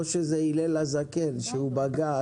או שזה הילל הזקן בגג,